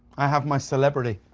i have my celebrity.